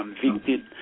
convicted